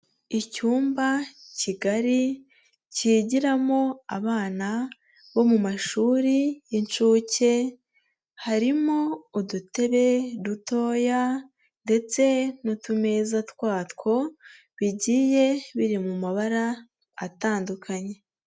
Icyumba kigari, kigiramo abana, bo mu mashuri y'inshuke, harimo udutebe dutoya, ndetse n'utumeza twatwo, bigiye biri mu mabara, atandukanye.